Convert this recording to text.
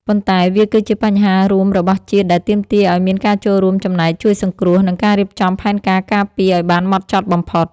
ប៉ុន្តែវាគឺជាបញ្ហារួមរបស់ជាតិដែលទាមទារឱ្យមានការចូលរួមចំណែកជួយសង្គ្រោះ និងការរៀបចំផែនការការពារឱ្យបានហ្មត់ចត់បំផុត។